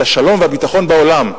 את השלום והביטחון בעולם.